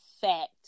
fact